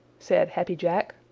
said happy jack.